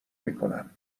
میکنم